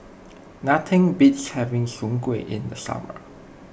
nothing beats having Soon Kuih in the summer